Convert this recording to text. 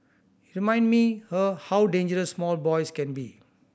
remind me her how dangerous small boys can be